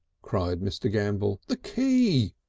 cried mr. gambell, the key!